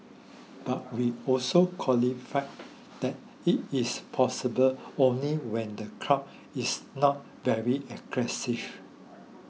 but we also qualify that it is possible only when the crowd is not very aggressive